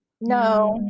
No